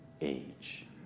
age